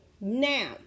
Now